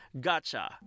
gotcha